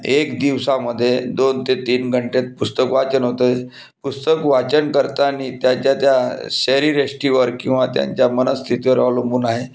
एक दिवसामध्ये दोन ते तीन घंट्यात पुस्तक वाचन होते पुस्तक वाचन करताना त्याच्या त्या शरीरयष्टीवर किंवा त्यांच्या मन स्थितीवर अवलंबून आहे